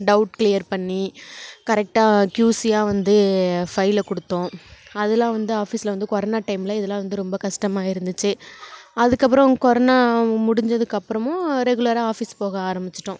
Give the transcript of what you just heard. doubt clear பண்ணி கரெக்டாக கியூசியாக வந்து ஃபைலை கொடுத்தோம் அதெலாம் வந்து ஆஃபீஸில் வந்து கொரோனா டைமில் இதெலாம் வந்து ரொம்ப கஷ்டமாக இருந்துச்சு அதுக்கப்பறம் கொரோனா முடிஞ்சதுக்கப்புறமும் ரெகுலராக ஆஃபீஸ் போக ஆரம்மிச்சிட்டோம்